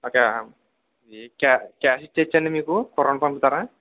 ఒక ఈ cash cash ఇచేయచ్చా అండి మీకు కుర్రాడ్ని పంపుతారా